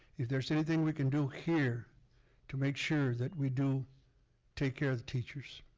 if there's anything we can do here to make sure that we do take care of the teachers.